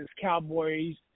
Cowboys